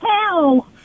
Hell